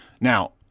Now